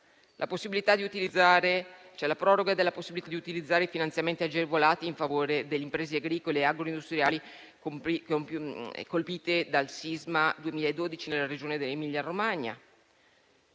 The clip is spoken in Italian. Si proroga la possibilità di utilizzare i finanziamenti agevolati in favore delle imprese agricole e agroindustriali più colpite dal sisma del 2012 nella Regione Emilia-Romagna.